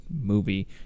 movie